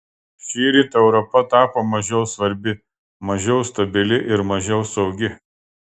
šįryt europa tapo mažiau svarbi mažiau stabili ir mažiau saugi